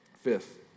Fifth